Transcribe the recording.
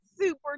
super